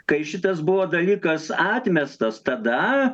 kai šitas buvo dalykas atmestas tada